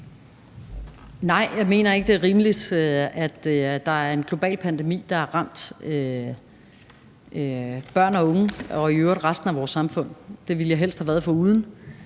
Nej, jeg mener ikke, det er rimeligt, at der er en global pandemi, der har ramt børn og unge og i øvrigt resten af vores samfund. Det ville jeg helst have været foruden.